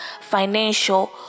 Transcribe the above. financial